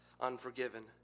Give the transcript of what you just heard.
unforgiven